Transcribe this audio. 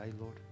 Lord